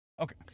okay